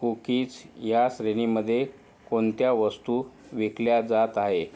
cookies या श्रेणीमध्ये कोणत्या वस्तू विकल्या जात आहे